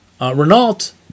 Renault